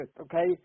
okay